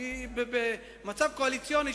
כי במצב קואליציוני,